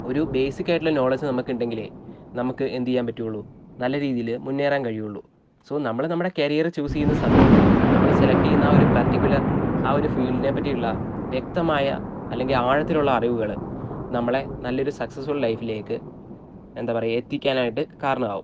ഒരു ബേസിക്കായിട്ടുള്ള നോളെജ് നമുക്ക് ഉണ്ടെങ്കിലെ നമുക്ക് എന്തെയ്യാൻ പറ്റുകയുള്ളു നല്ല രീതിയില് മുന്നേറാൻ കഴിയുകയുള്ളു സോ നമ്മൾ നമ്മുടെ കരിയർ ചൂസ് ചെയ്യുന്ന സമയത്ത് നമ്മൾ സെലക്ട് ചെയ്യുന്ന ആ ഒരു പർട്ടികുലർ ആ ഒരു ഫീല്ഡിനെപ്പറ്റിയുള്ള വ്യക്തമായ അല്ലെങ്കിൽ ആഴത്തിലുള്ള അറിവുകള് നമ്മളെ നല്ലൊരു സക്സസ്ഫുൾ ലൈഫിലേക്ക് എന്താ പറയുക എത്തിക്കാനായിട്ട് കാരണമാകും